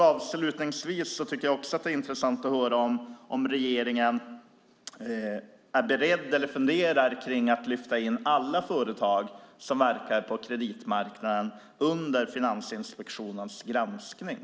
Avslutningsvis tycker jag att det är intressant att höra om regeringen är beredd eller funderar på att lyfta in alla företag som verkar på kreditmarknaden under Finansinspektionens granskning.